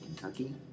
Kentucky